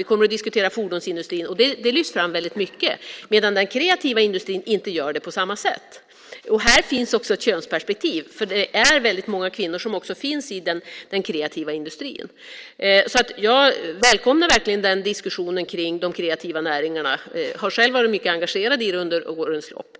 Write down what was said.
Vi kommer snart att diskutera fordonsindustrin. Den lyfts fram väldigt mycket. Den kreativa industrin lyfts inte fram på samma sätt. Här finns också ett könsperspektiv. Väldigt många kvinnor finns i den kreativa industrin. Jag välkomnar diskussionen om de kreativa näringarna. Jag har själv varit mycket engagerad i detta under årens lopp.